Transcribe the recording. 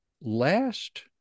last